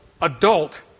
adult